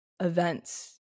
events